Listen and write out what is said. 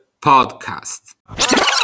Podcast